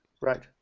Right